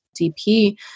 DP